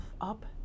up